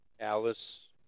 Alice